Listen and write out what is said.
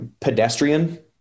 pedestrian